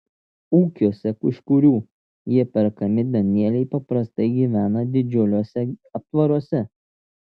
ūkiuose iš kurių jie perkami danieliai paprastai gyvena didžiuliuose aptvaruose